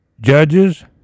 judges